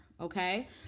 okay